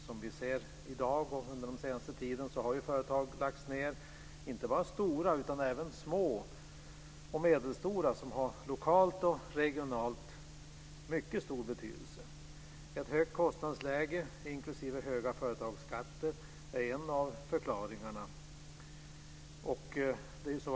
Som vi ser i dag och som vi sett den senaste tiden har företag lagts ned, inte bara stora utan även små och medelstora företag som har mycket stor betydelse lokalt och regionalt. Ett högt kostnadsläge inklusive höga företagsskatter är en av förklaringarna.